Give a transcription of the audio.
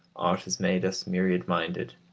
art has made us myriad-minded.